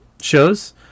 shows